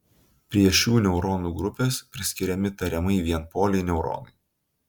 prie šių neuronų grupės priskiriami tariamai vienpoliai neuronai